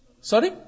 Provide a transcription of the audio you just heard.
Sorry